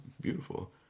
beautiful